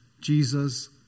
Jesus